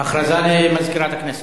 הודעה למזכירת הכנסת.